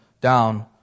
down